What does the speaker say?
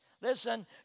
Listen